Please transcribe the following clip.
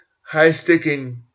high-sticking